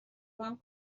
باهم